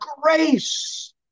grace